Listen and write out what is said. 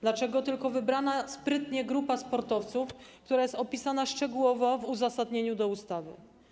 Dlaczego tylko wybrana sprytnie grupa sportowców, która jest opisana szczegółowo w uzasadnieniu do ustawy?